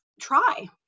try